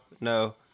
no